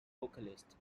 vocalist